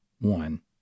one